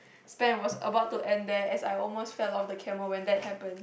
span as about to end there as I almost fell off the camel when that happened